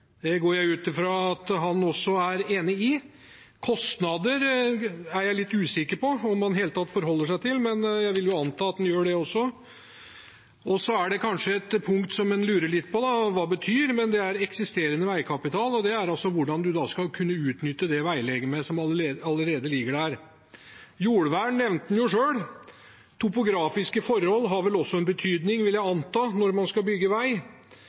Det går jeg ut fra at han også er enig i. Kostnader er jeg litt usikker på om han i det hele tatt forholder seg til, men jeg vil anta at han gjør det også. Det er kanskje et punkt han lurer litt på hva betyr, og det er eksisterende veikapital. Det er hvordan man skal utnytte det veilegemet som allerede ligger der. Jordvern nevnte han selv. Topografiske forhold har vel også betydning, vil jeg anta, når man skal bygge vei.